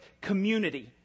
community